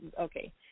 Okay